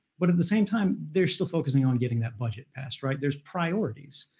but at the same time, they're still focusing on getting that budget passed, right? there's priorities.